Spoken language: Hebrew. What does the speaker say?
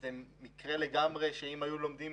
אם היו לומדים